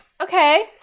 Okay